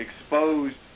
exposed